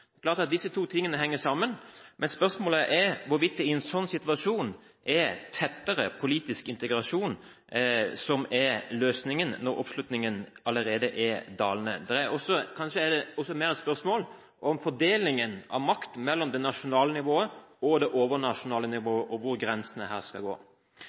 at disse to tingene henger sammen, men spørsmålet er hvorvidt det i en sånn situasjon er tettere politisk integrasjon som er løsningen når oppslutningen allerede er dalende. Kanskje er det også mer et spørsmål om fordelingen av makt mellom det nasjonale nivået og det overnasjonale nivået, og hvor grensene her skal gå.